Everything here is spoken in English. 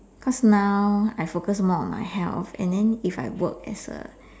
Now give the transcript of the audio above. cause now I focus more on my health and then if I work as a